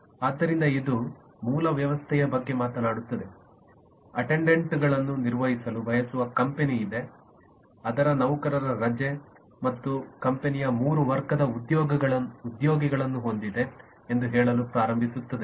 ಆದ್ದರಿಂದ ಇದು ಮೂಲ ವ್ಯವಸ್ಥೆಯ ಬಗ್ಗೆ ಮಾತನಾಡುತ್ತದೆ ಅಟೆಂಡೆಂಟ್ಗಳನ್ನು ನಿರ್ವಹಿಸಲು ಬಯಸುವ ಕಂಪನಿ ಇದೆ ಅದರ ನೌಕರರ ರಜೆ ಮತ್ತು ಕಂಪನಿಯು ಮೂರು ವರ್ಗದ ಉದ್ಯೋಗಿಗಳನ್ನು ಹೊಂದಿದೆ ಎಂದು ಹೇಳಲು ಪ್ರಾರಂಭಿಸುತ್ತದೆ